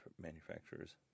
manufacturers